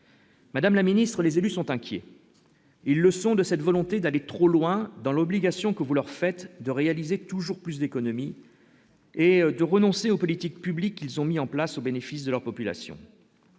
Madame la Ministre des élus sont inquiets et leçon de cette volonté d'aller trop loin dans l'obligation que vous leur faites de réaliser toujours plus d'économies et de renoncer aux politiques publiques, ils ont mis en place au bénéfice de leur population,